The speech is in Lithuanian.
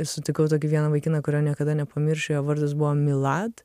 sutikau tokį vieną vaikiną kurio niekada nepamiršiu jo vardas buvo milad